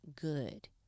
good